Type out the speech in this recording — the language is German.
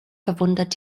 verwundert